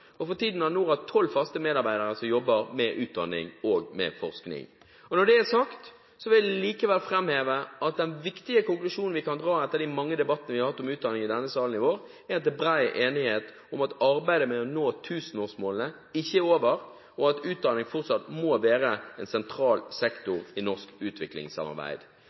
Norad. For tiden har Norad tolv faste medarbeidere som jobber med utdanning og forskning. Når det er sagt, vil jeg likevel framheve at den viktige konklusjonen vi kan trekke etter de mange debattene vi har hatt om utdanning i denne salen i år, er at det er bred enighet om at arbeidet med å nå tusenårsmålene ikke er over, og at utdanning fortsatt må være en sentral sektor i norsk utviklingssamarbeid.